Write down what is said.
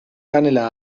kanela